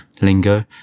lingo